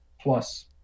plus